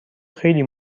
خیلی